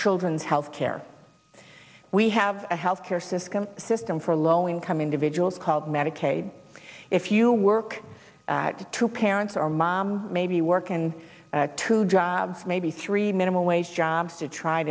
children's healthcare we have a health care system system for low income individuals called medicaid if you work two parents are mom maybe work and two jobs maybe three minimum wage jobs to try